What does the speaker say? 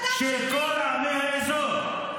אני מעירה לו הערות ביניים,